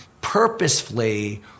purposefully